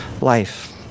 life